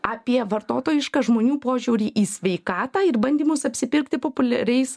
apie vartotojišką žmonių požiūrį į sveikatą ir bandymus apsipirkti populiariais